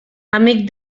amic